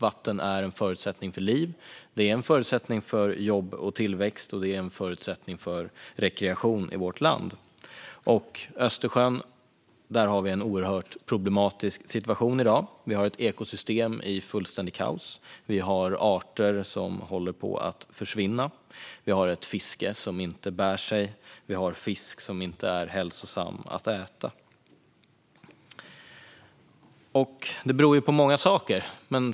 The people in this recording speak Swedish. Vatten är en förutsättning för liv, jobb och tillväxt och för rekreation i vårt land. Vi har i dag en oerhört problematisk situation i Östersjön. Vi har ett ekosystem i fullständigt kaos. Vi har arter som håller på att försvinna. Vi har ett fiske som inte bär sig, och vi har fisk som inte är hälsosam att äta. Det beror på många saker.